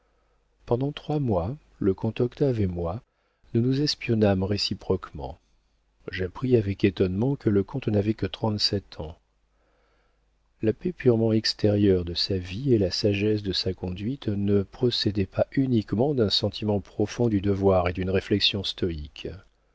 pendant trois mois le comte octave et moi nous nous espionnâmes réciproquement j'appris avec étonnement que le comte n'avait que trente-sept ans la paix purement extérieure de sa vie et la sagesse de sa conduite ne procédaient pas uniquement d'un sentiment profond du devoir et d'une réflexion stoïque